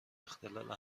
اختلال